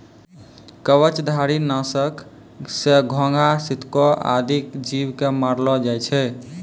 कवचधारी? नासक सँ घोघा, सितको आदि जीव क मारलो जाय छै